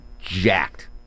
jacked